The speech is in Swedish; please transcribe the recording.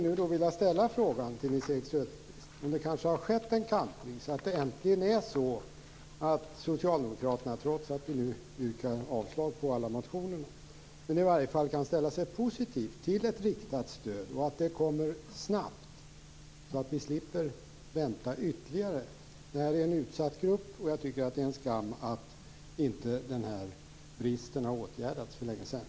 Jag vill då ställa frågan till Nils-Erik Söderqvist om det har skett en kantring så att socialdemokraterna - trots att de nu yrkar avslag på förslagen i alla motioner - äntligen kan ställa sig positiva till ett riktat stöd och att detta kommer snabbt så att vi inte behöver vänta ytterligare. Det handlar om en utsatt grupp. Det är en skam att denna brist inte har åtgärdats för länge sedan.